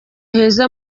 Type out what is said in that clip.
heza